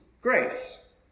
grace